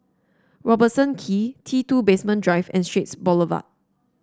Robertson Quay T two Basement Drive and Straits Boulevard